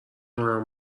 منم